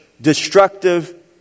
destructive